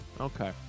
okay